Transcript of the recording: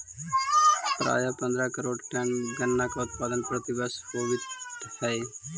प्रायः पंद्रह करोड़ टन गन्ना का उत्पादन प्रतिवर्ष होवत है